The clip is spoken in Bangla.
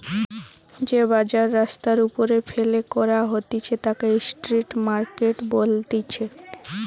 যে বাজার রাস্তার ওপরে ফেলে করা হতিছে তাকে স্ট্রিট মার্কেট বলতিছে